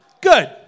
Good